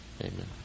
amen